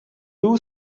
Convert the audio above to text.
two